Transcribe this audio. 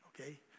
Okay